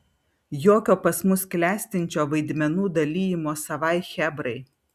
jokio pas mus klestinčio vaidmenų dalijimo savai chebrai